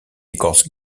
écorce